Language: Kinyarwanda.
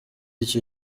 icyo